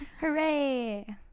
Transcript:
hooray